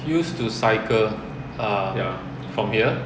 use to cycle ah from here